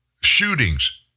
shootings